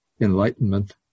enlightenment